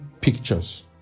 pictures